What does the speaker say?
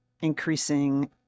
increasing